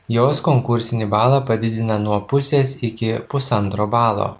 jos konkursinį balą padidina nuo pusės iki pusantro balo